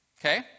okay